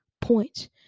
points